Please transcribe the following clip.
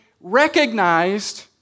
recognized